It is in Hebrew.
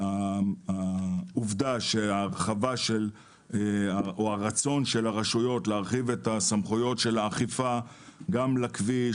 שהעובדה שההרחבה או הרצון של הרשויות להרחיב סמכויות האכיפה גם לכביש,